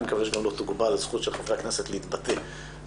אני מקווה שגם לא תוגבל הזכות של חברי הכנסת להתבטא לפחות.